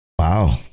Wow